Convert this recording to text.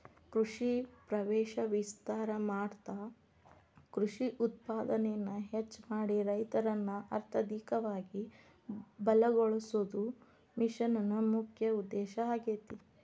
ಕೃಷಿ ಪ್ರದೇಶ ವಿಸ್ತಾರ ಮಾಡ್ತಾ ಕೃಷಿ ಉತ್ಪಾದನೆನ ಹೆಚ್ಚ ಮಾಡಿ ರೈತರನ್ನ ಅರ್ಥಧಿಕವಾಗಿ ಬಲಗೋಳಸೋದು ಮಿಷನ್ ನ ಮುಖ್ಯ ಉದ್ದೇಶ ಆಗೇತಿ